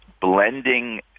blending